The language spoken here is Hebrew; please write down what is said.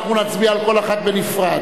אנחנו נצביע על כל אחת בנפרד.